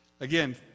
Again